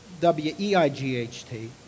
W-E-I-G-H-T